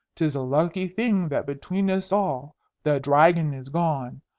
tis a lucky thing that between us all the dragon is gone,